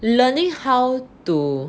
learning how to